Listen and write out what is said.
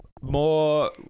more